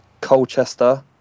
Colchester